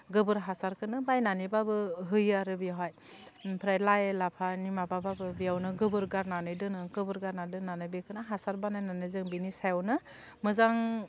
गोबोर हासारखौनो बायनानैबाबो होयो आरो बेवहाय ओमफ्राय लाइ लाफानि माबाबाबो बेयावनो गोबोर गारनानै दोनो गोबोर गारनानै दोननानै बेखौनो हासार बानायनानै जों बिनि सायावनो मोजां